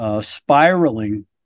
spiraling